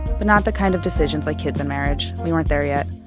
but not the kind of decisions like kids and marriage. we weren't there yet.